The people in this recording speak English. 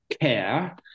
Care